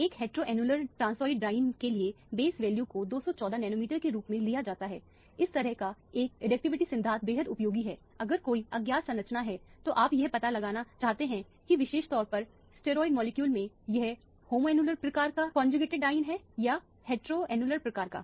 एक heteroannular transoid diene के लिए बेस वैल्यू को 214 नैनोमीटर के रूप में लिया जाता है इस तरह का एक एडिटिविटी सिद्धांत बेहद उपयोगी है अगर कोई अज्ञात संरचना है और आप यह पता लगाना चाहते हैं कि विशेष तौर पर स्टेरॉयड मॉलिक्यूल में यह होम्योन्युलर प्रकार का कौनजूगेटेड डाइईन है या हेटेरोन्युलर प्रकार का है